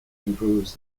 improves